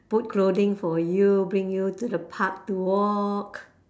put clothing for you bring you to the park to walk